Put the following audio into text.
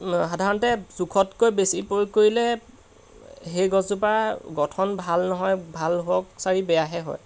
সাধাৰণতে জোখতকৈ বেছি প্ৰয়োগ কৰিলে সেই গছজোপা গঠন ভাল নহয় ভাল হওক চাৰি বেয়াহে হয়